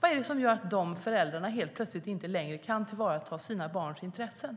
Vad är det som gör att de föräldrarna helt plötsligt inte längre kan tillvarata sina barns intressen?